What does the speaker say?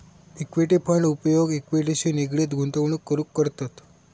equity fund उपयोग इक्विटीशी निगडीत गुंतवणूक करूक करतत